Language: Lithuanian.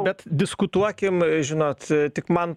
bet diskutuokim žinot tik man